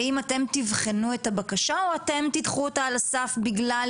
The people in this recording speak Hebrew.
האם אתם תבחנו את הבקשה או אתם תדחו אותה על הסף בגלל